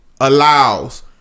allows